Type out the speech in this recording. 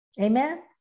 Amen